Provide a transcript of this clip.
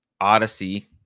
Odyssey